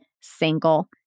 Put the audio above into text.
single